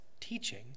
teaching